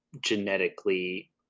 genetically